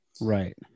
right